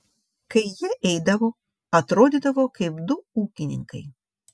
kai jie eidavo atrodydavo kaip du ūkininkai